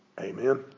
Amen